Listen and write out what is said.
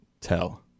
tell